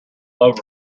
over